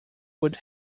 would